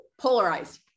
polarized